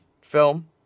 film